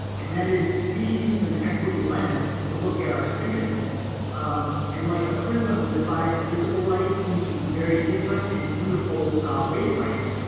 and that is we use an equity lens to look at our students um and like a prism divides visible light into very different and beautiful wavelengths,